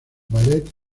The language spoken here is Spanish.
ballet